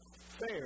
fair